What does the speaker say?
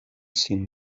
sin